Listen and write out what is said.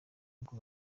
uko